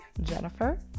Jennifer